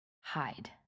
hide